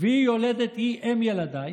והיא יולדת, היא אם ילדיי,